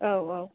औ औ